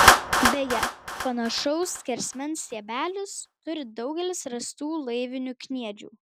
beje panašaus skersmens stiebelius turi daugelis rastų laivinių kniedžių